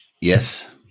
yes